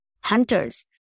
hunters